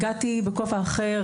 הגעתי בכובע אחר,